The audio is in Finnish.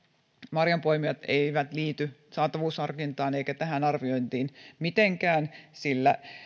marjanpoimijat eivät liity saatavuusharkintaan eivätkä tähän arviointiin mitenkään